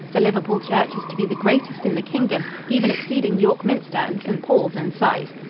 the liverpool church is to be the greatest in the kingdom, even exceeding york minster and st. paul's in size.